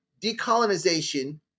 decolonization